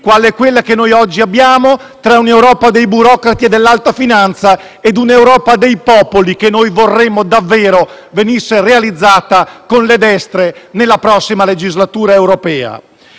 quale quella che oggi abbiamo, un'Europa dei burocrati e dell'alta finanza, e un'Europa dei popoli, che vorremmo davvero venisse realizzata con le destre nella prossima legislatura europea.